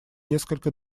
несколько